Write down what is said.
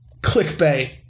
clickbait